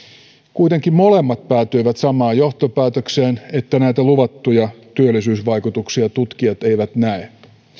kuitenkin molemmat päätyivät samaan johtopäätökseen että näitä luvattuja työllisyysvaikutuksia tutkijat eivät näe